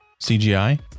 CGI